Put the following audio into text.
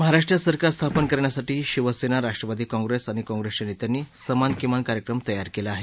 महाराष्ट्रात सरकार स्थापन करण्यासाठी शिवसेना राष्ट्रवादी काँप्रेस आणि काँप्रेसच्या नेत्यांनी समान किमान कार्यक्रम तयार केला आहे